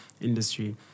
industry